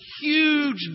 huge